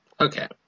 Okay